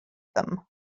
them